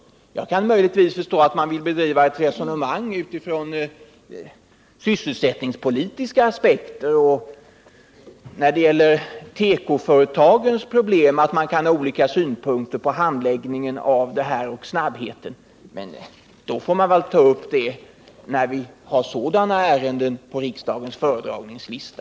Jag kan möjligtvis förstå att man vill bedriva ett resonemang utifrån sysselsättningspolitiska aspekter och tekoföretagens problem och att man kan ha olika synpunkter på handläggningen i detta fall och snabbheten därvidlag. Men då får man väl ta upp det när vi har sådana ärenden på riksdagens föredragningslista.